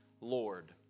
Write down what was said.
Lord